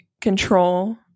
control